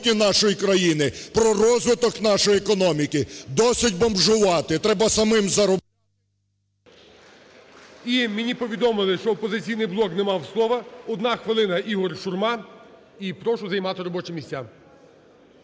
І мені повідомили, що "Опозиційний блок" не мав слова. Одна хвилина, Ігор Шурма. І прошу займати робочі місця.